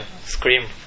Scream